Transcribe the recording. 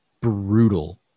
brutal